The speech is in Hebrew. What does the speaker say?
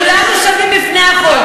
כולנו שווים בפני החוק.